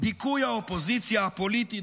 דיכוי האופוזיציה הפוליטית